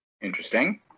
Interesting